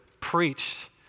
preached